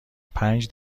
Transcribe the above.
پنج